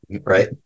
right